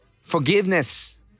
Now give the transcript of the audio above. forgiveness